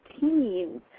Teens